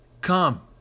Come